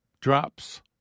drops